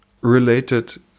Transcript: related